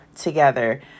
together